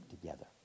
together